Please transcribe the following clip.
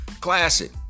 classic